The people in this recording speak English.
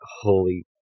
holy